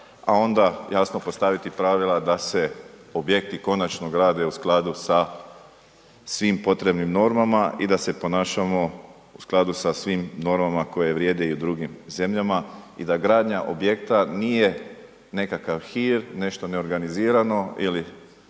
a onda jasno postaviti pravila da se objekti konačno grade u skladu sa svim potrebnim normama i da se ponašamo u skladu sa svim normama koje vrijede i u drugim zemljama i da gradnja objekta nije nekakav hir, nešto neorganizirano ili